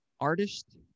artist